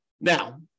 Now